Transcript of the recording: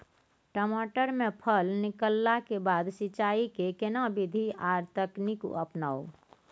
टमाटर में फल निकलला के बाद सिंचाई के केना विधी आर तकनीक अपनाऊ?